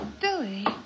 Billy